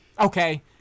Okay